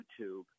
YouTube